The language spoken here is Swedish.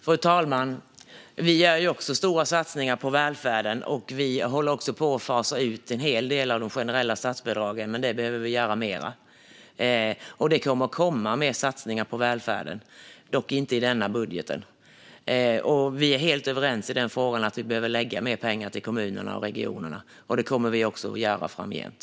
Fru talman! Vi gör stora satsningar på välfärden. Vi håller också på att fasa ut en hel del av de generella statsbidragen, och det behöver vi göra mer. Det kommer mer satsningar på välfärden, dock inte i denna budget. Vi är helt överens om att vi behöver lägga mer pengar till kommunerna och regionerna. Det kommer vi också att göra framgent.